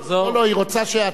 היא רוצה שהציבור ישמע.